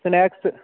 snacks